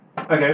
Okay